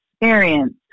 experience